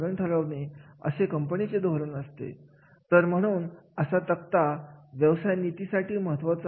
बल्लारपूर उद्योगसमुहा मध्ये तेराशे पेक्षा जास्त व्यवस्थापकीय कार्य आहेत